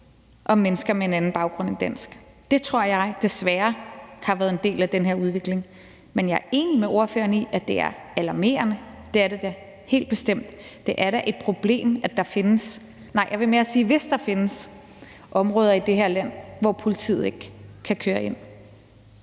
om mennesker med en anden baggrund end dansk. Det tror jeg desværre har været en del af den her udvikling. Men jeg er enig med ordføreren i, at det da helt bestemt er alarmerende, og at det er et problem, hvis der findes områder i det her land, hvor politiet ikke kan køre ind.